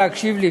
להקשיב לי,